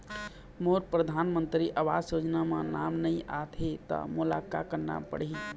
मोर परधानमंतरी आवास योजना म नाम नई आत हे त मोला का करना पड़ही?